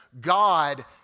God